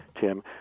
Tim